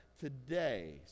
today